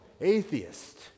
atheist